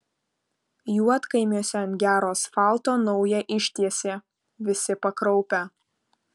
juodkaimiuose ant gero asfalto naują ištiesė visi pakraupę